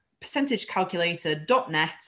percentagecalculator.net